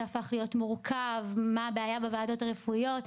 הפך להיות מורכב מה הבעיה בוועדות הרפואיות,